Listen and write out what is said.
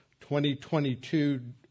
2022